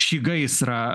šį gaisrą na